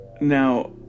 now